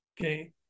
Okay